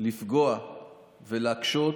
לפגוע ולהקשות